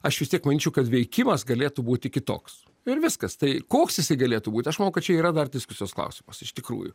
aš vis tiek manyčiau kad veikimas galėtų būti kitoks ir viskas tai koks jisai galėtų būt aš manau kad čia yra dar diskusijos klausimas iš tikrųjų